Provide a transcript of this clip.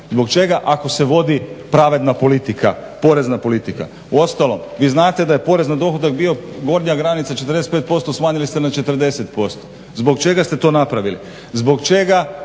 Zbog čega ako se vodi pravedna politika, porezna politika? Uostalom, vi znate da je porez na dohodak bio gornja granica 45% smanjili ste na 40%. Zbog čega ste to napravili? Zbog čega